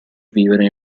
vivere